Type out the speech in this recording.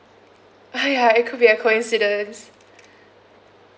uh yeah it could be a coincidence